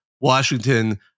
Washington